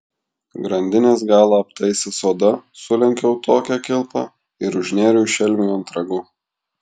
grandinės galą aptaisęs oda sulenkiau tokią kilpą ir užnėriau šelmiui ant ragų